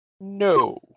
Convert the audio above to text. No